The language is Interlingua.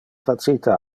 facite